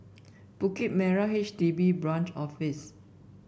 Bukit Merah H D B Branch Office